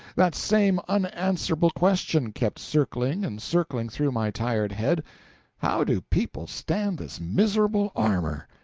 that same unanswerable question kept circling and circling through my tired head how do people stand this miserable armor?